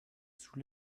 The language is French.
sous